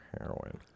heroin